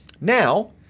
Now